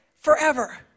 forever